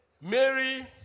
Mary